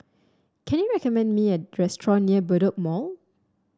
can you recommend me a restaurant near Bedok Mall